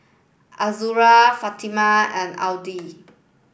Azura Fatimah and Aidil